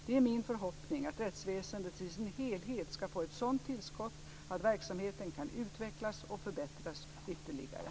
Det är min förhoppning att rättsväsendet i sin helhet ska få ett sådant tillskott att verksamheten kan utvecklas och förbättras ytterligare.